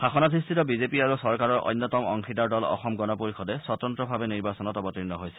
শাসনাধিষ্ঠিত বিজেপি আৰু চৰকাৰৰ অন্যতম অংশীদাৰ দল অসম গণ পৰিষদে স্বতন্ত্ৰভাৱে নিৰ্বাচনত অৱতীৰ্ণ হৈছে